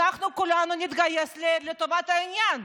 אנחנו כולנו נתגייס לטובת העניין.